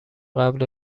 قبل